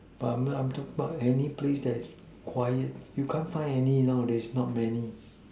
but I mean I'm talking about any place that is quiet you can't find any nowadays not many